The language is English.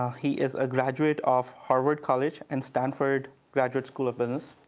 he is a graduate of harvard college and stanford graduate school of business.